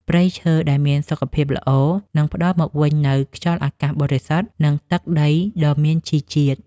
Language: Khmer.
ព្រៃឈើដែលមានសុខភាពល្អនឹងផ្តល់មកវិញនូវខ្យល់អាកាសបរិសុទ្ធ និងទឹកដីដ៏មានជីជាតិ។